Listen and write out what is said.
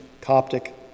Coptic